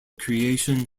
creation